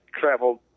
traveled